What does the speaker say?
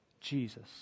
Jesus